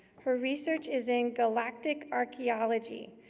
her research is in galactic archaeology,